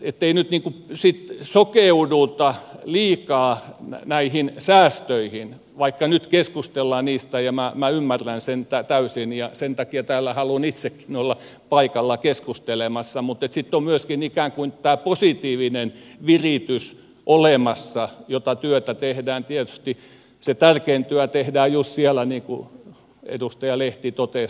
ettei nyt niin kuin sitten sokeuduta liikaa näihin säästöihin vaikka nyt keskustellaan niistä ja ymmärrän sen täysin ja sen takia täällä haluan itsekin olla paikalla keskustelemassa sanon että sitten on myöskin tämä positiivinen viritys olemassa ja se tärkein työ tehdään just siellä niin kuin edustaja lehti totesi